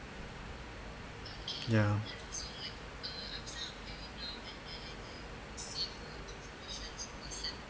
ya